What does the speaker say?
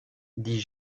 dit